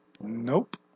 nope